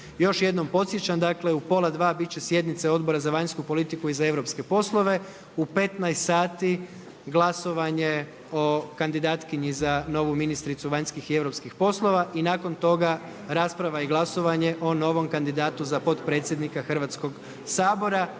Još jednom podsjećam, dakle u pola dva bit će sjednica Odbora za vanjsku politiku i europske poslove, u 15,00 sati glasovanje o kandidatkinji za novu ministricu vanjskih i europskih poslova i nakon toga rasprava i glasovanje o novom kandidatu za potpredsjednika Hrvatskoga sabora